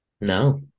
No